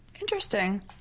Interesting